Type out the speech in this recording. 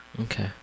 Okay